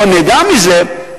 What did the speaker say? או נדע מזה,